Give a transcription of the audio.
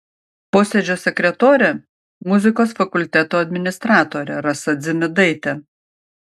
posėdžio sekretorė muzikos fakulteto administratorė rasa dzimidaitė